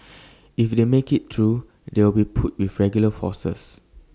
if they make IT through they'll be put with regular forces